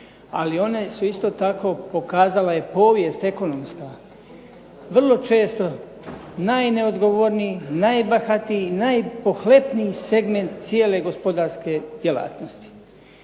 ali one su isto tako, pokazala je povijest ekonomska, vrlo često najneodgovorniji, najbahatiji i najpohlepniji segment cijele gospodarske djelatnosti.